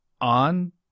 On